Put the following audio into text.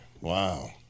Wow